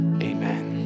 Amen